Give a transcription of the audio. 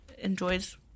enjoys